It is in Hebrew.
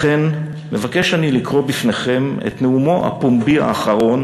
לכן מבקש אני לקרוא בפניכם את נאומו הפומבי האחרון